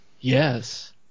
Yes